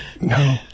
no